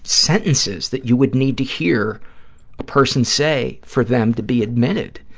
sentences that you would need to hear a person say for them to be admitted?